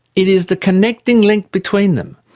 it is the connecting link between them,